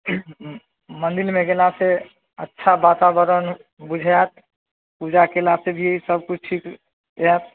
मन्दिरमे गेलासँ अच्छा वातावरण बुझाएत पूजा कएलासँ भी सबकिछु ठीक हैत